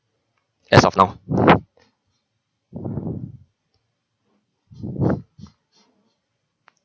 as of now